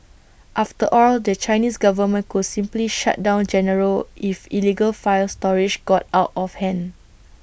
after all the Chinese government could simply shut down Genaro if illegal file storage got out of hand